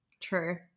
true